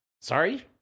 Sorry